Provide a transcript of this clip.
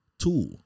tool